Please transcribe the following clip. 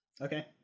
Okay